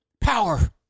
power